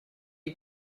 you